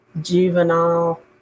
juvenile